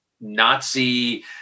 Nazi